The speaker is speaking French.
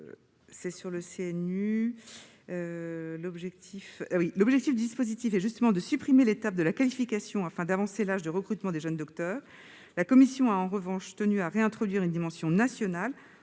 commission ? L'objectif du dispositif est justement de supprimer l'étape de la qualification, afin d'avancer l'âge de recrutement des jeunes docteurs. En revanche, la commission a tenu à réintroduire une dimension nationale,